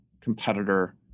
competitor